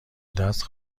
دست